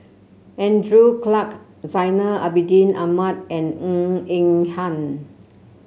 Andrew Clarke Zainal Abidin Ahmad and Ng Eng Hen